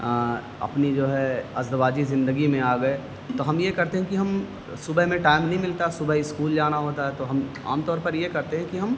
اپنی جو ہے ازدواجی زندگی میں آ گئے تو ہم یہ کرتے ہیں کہ ہم صبح میں ٹائم نہیں ملتا صبح اسکول جانا ہوتا ہے تو ہم عام طور پر یہ کرتے ہیں کہ ہم